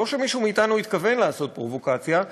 לא שמישהו מאתנו התכוון לעשות פרובוקציה,